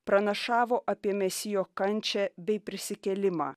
pranašavo apie mesijo kančią bei prisikėlimą